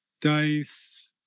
Dice